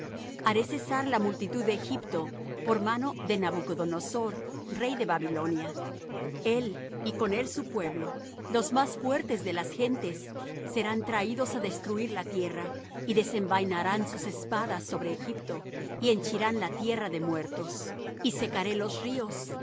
haré cesar la multitud de egipto por mano de nabucodonosor rey de babilonia el y con él su pueblo los más fuertes de las gentes serán traídos á destruir la tierra y desenvainarán sus espadas sobre egipto y henchirán la tierra de muertos y secaré los ríos